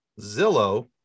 Zillow